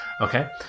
okay